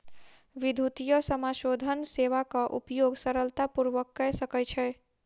विद्युतीय समाशोधन सेवाक उपयोग सरलता पूर्वक कय सकै छै